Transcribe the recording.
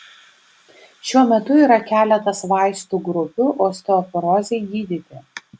šiuo metu yra keletas vaistų grupių osteoporozei gydyti